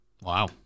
Wow